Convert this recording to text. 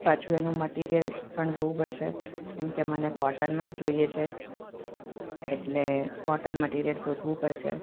પાછું એનું મટિરિયલ પણ જોવું પડશે કેમ કે મને કોટનમાં જ જોઈએ છે એટલે કોટન મટિરિયલ શોધવું પડશે